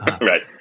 Right